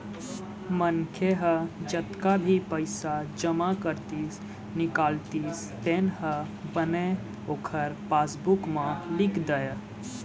मनखे ह जतका भी पइसा जमा करतिस, निकालतिस तेन ह बने ओखर पासबूक म लिख दय